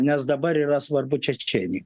nes dabar yra svarbu čečėnija